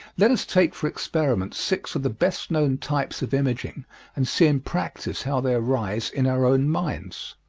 let us take for experiment six of the best-known types of imaging and see in practise how they arise in our own minds.